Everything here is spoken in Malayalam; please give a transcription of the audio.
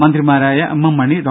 മന്ത്രിമാരായ എം എം മണി ഡോ